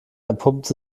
entpuppt